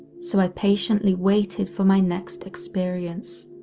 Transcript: so i patiently waited for my next experience.